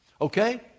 Okay